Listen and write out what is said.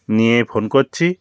নিয়ে ফোন করছি